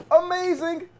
Amazing